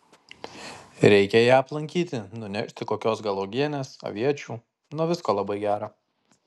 reikia ją aplankyti nunešti kokios gal uogienės aviečių nuo visko labai gera